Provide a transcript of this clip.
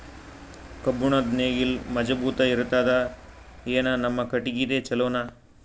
ಕಬ್ಬುಣದ್ ನೇಗಿಲ್ ಮಜಬೂತ ಇರತದಾ, ಏನ ನಮ್ಮ ಕಟಗಿದೇ ಚಲೋನಾ?